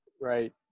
right